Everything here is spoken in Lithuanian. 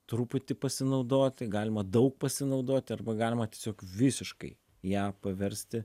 truputį pasinaudoti galima daug pasinaudoti arba galima tiesiog visiškai ją paversti